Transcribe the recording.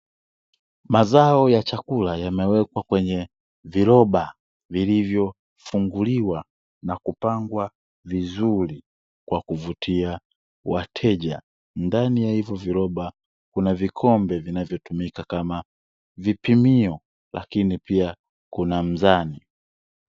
Mazao ya chakula yamewekwa kwenye viroba, vilivyofunguliwa na kupangwa vizuri, kwa kuvutia wateja. Ndani ya hivyo viroba kuna vikombe vinavyotumika kama vipimio, lakini pia kuna mzani.